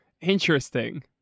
interesting